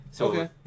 okay